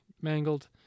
mangled